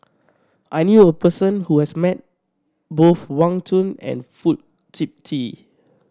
I knew a person who has met both Wang Chunde and Fong Sip Chee